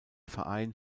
verein